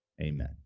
Amen